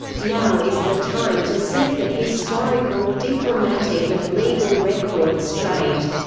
now is the time to set the historical, diplomatic and legal record straight.